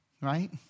Right